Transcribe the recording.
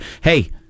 hey